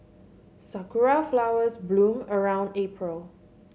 sakura flowers bloom around April